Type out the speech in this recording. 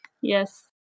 Yes